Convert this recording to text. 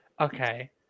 Okay